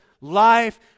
life